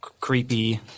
creepy